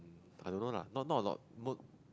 I don't know lah not not a lot mot~